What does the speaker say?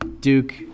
Duke